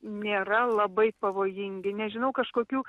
nėra labai pavojingi nežinau kažkokių